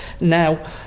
now